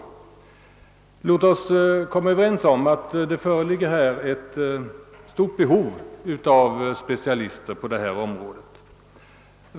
Men låt oss komma överens om att det föreligger ett stort behov av specialister på detta område.